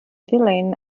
villain